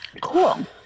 Cool